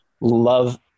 love